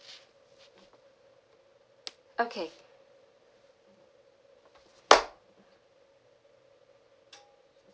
okay